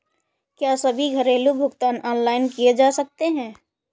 क्या सभी घरेलू भुगतान ऑनलाइन किए जा सकते हैं?